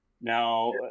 Now